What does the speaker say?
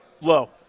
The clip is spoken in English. Low